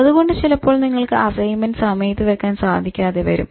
അതുകൊണ്ട് ചിലപ്പോൾ നിങ്ങൾക്ക് അസ്സൈന്മെന്റ് സമയത്ത് വെക്കാൻ സാധിക്കാതെ വരും